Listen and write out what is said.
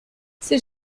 ces